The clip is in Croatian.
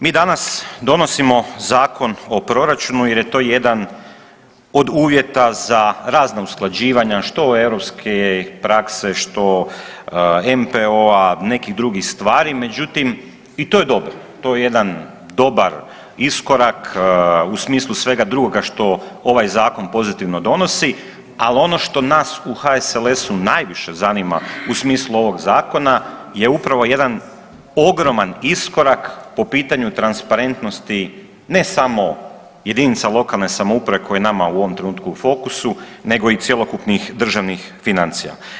Mi danas donosimo Zakon o proračunu jer je to jedan od uvjeta za razna usklađivanja što europske prakse, što NPO-a nekih drugih stvari, međutim i to je dobro, to je jedan dobar iskorak u smislu svega drugoga što ovaj zakon pozitivno donosi, ali ono što nas u HSLS-u najviše zanima u smislu ovog zakona je upravo jedan ogroman iskorak po pitanju transparentnosti ne samo jedinica lokalne samouprave koja je nama u ovom trenutku u fokusu nego i cjelokupnih državnih financija.